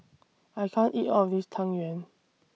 I can't eat All of This Tang Yuen